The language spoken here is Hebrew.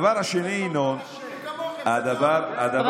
לא, אני אמרתי: עשיתם את זה.